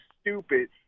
stupid